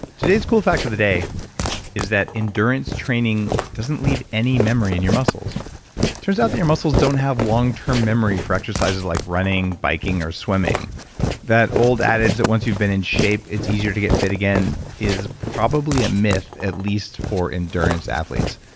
today's cool fact of the day is that endurance training doesn't leave any memory in your muscle. it turns out that your muscles don't have long-term memory for exercises like running, biking or swimming that old adage that once you've been in shape it's easier to get fit again is probably a myth at least for endurance athletes.